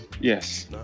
Yes